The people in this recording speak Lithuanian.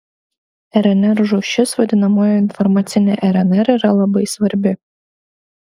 rnr rūšis vadinamoji informacinė rnr yra labai svarbi